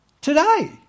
today